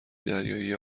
دریایی